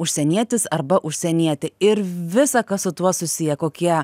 užsienietis arba užsienietė ir visa kas su tuo susiję kokie